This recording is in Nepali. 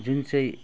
जुन चाहिँ